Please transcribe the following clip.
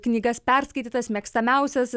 knygas perskaitytas mėgstamiausias